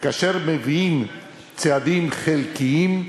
וכאשר מביאים צעדים חלקיים,